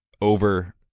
over